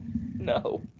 No